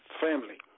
family